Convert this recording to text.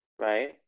right